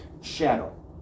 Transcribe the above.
shadow